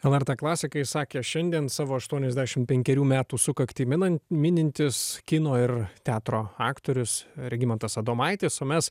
el er t klasikai sakė šiandien savo aštuoniasdešim penkerių metų sukaktį minant minintis kino ir teatro aktorius regimantas adomaitis o mes